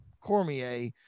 Cormier